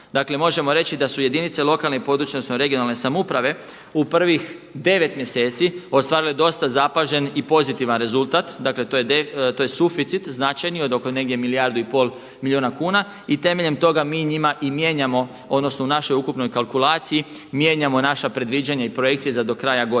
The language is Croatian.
Dakle, možemo reći da su jedinice lokalne i područne, odnosno regionalne samouprave u prvih 9 mjeseci ostvarile dosta zapažen i pozitivan rezultat. Dakle, to je suficit značajni od oko negdje milijardu i pol milijuna kuna i temeljem toga mi njima i mijenjamo, odnosno u našoj ukupnoj kalkulaciji mijenjamo naša predviđanja i projekcije za do kraja godine.